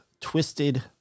twisted